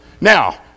Now